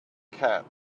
can